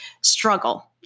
struggle